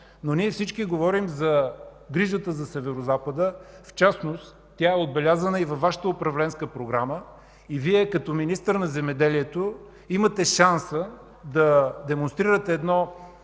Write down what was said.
Но всички ние говорим за грижата за Северозапада, в частност тя е отбелязана и във Вашата управленска програма и Вие като министър на земеделието и храните имате шанса да демонстрирате една